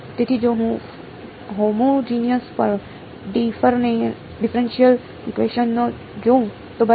તેથી જો હું હોમોજિનિયસ ડિફરેનશીયલ ઇકવેશન ને જોઉં તો બરાબર